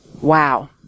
wow